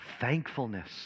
thankfulness